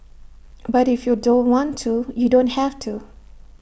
but if you don't want to you don't have to